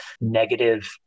negative